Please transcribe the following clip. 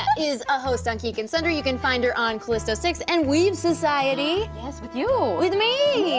is a host on geek and sundry, you can find her on callisto six and weave society. yes, with you. with me!